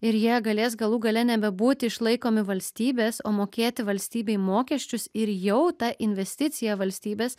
ir jie galės galų gale nebebūti išlaikomi valstybės o mokėti valstybei mokesčius ir jau ta investicija valstybės